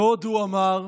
ועוד הוא אמר: